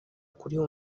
kuriha